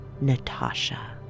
Natasha